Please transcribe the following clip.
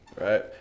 right